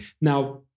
Now